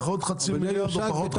עוד חצי מיליארד או פחות חצי מיליארד.